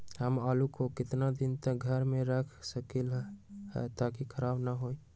हम आलु को कितना दिन तक घर मे रख सकली ह ताकि खराब न होई?